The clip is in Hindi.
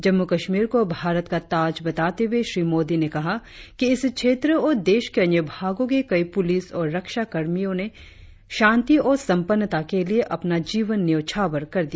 जम्मूकश्मीर को भारत का ताज बताते हुए श्री मोदी ने कहा कि इस क्षेत्र और देश के अन्य भागों के कई पुलिस और रक्षा कर्मचारियों ने शांति और संपन्नता के लिये अपना जीवन न्यौच्छावरकर दिया